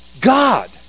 God